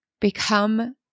become